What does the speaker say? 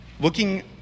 Looking